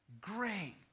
great